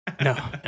No